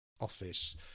office